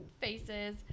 faces